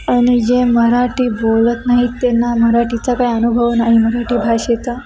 आणि जे मराठी बोलत नाहीत त्यांना मराठीचा काय अनुभव नाही मराठी भाषेचा